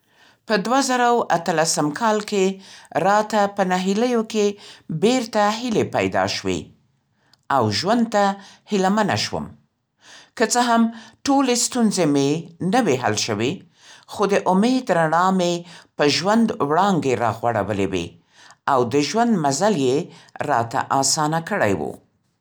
په دې کال په نهیلیو کې راته بېرته هیلې پیدا شوې او ژوند ته هیله منه شوم. که څه هم ټوبې ستونزې مې نه وې حل شوې. خو د امېد رڼا مې په ژوند وړانګې راغوړولې وې او د ژوند مزل یې راته آسانه کړی و.